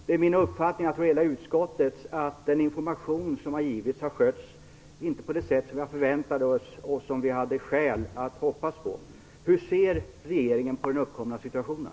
Det är min, och jag tror hela utskottets, uppfattning att den information som givits inte har skötts på det sätt som vi förväntade oss och som vi hade skäl att hoppas på. Hur ser regeringen på den uppkomna situationen?